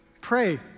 Pray